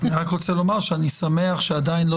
אני רק רוצה לומר שאני שמח שעדיין לא